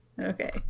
Okay